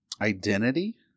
identity